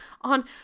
on